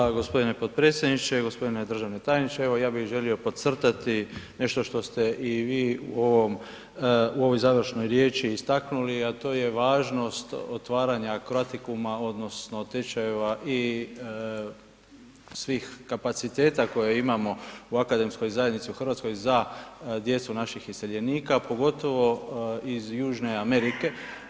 Hvala gospodine potpredsjedniče, gospodine državni tajniče, evo ja bih želio podcrtati nešto što ste i vi u ovom, u ovoj završnoj riječ istaknuli, a to je važnost otvaranja Croatikuma odnosno tečajeva i svih kapaciteta koje imamo u akademskoj zajednici u Hrvatskoj za djecu naših iseljenika, pogotovo iz Južne Amerike.